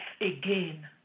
again